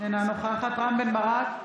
אינה נוכחת רם בן ברק,